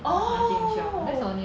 oh